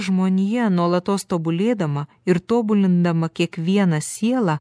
žmonija nuolatos tobulėdama ir tobulindama kiekvieną sielą